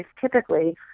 typically